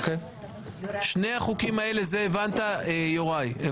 את שני החוקים האלה הבנת, יוראי?